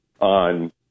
on